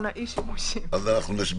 הזהות.